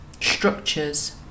structures